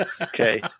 Okay